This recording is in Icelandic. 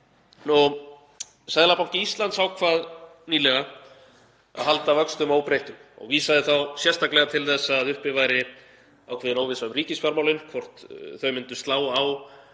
Seðlabanki Íslands ákvað nýlega að halda vöxtum óbreyttum og vísaði þá sérstaklega til þess að uppi væri ákveðin óvissa um ríkisfjármálin, hvort þau myndu slá á